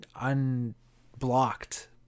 unblocked